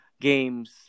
games